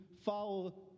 follow